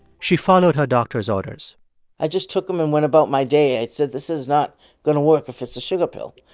she followed her doctor's orders i just took them and went about my day. i said, this is not going to work if it's a sugar pill.